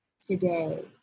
today